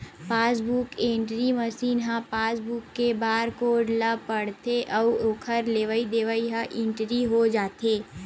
passbook entry machine ह passbook के barcode ल पड़थे अउ ओखर लेवई देवई ह इंटरी हो जाथे